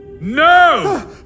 No